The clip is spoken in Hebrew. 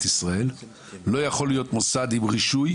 ישראל לא יכול להיות מוסד שמחזיק ברישוי